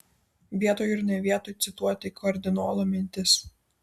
vietoj ir ne vietoj cituoti kardinolo mintis